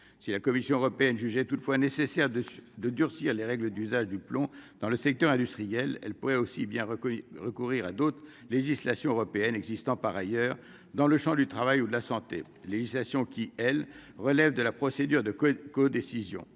si la Commission européenne jugeait toutefois nécessaire de de durcir les règles d'usage du plomb dans le secteur industriel, elle pourrait aussi bien reconnu recourir à d'autres législations européennes existant par ailleurs dans le Champ du travail ou de la santé législation qui, elle, relève de la procédure de codécision,